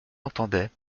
entendait